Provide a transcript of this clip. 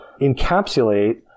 encapsulate